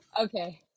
okay